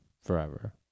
Forever